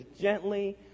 gently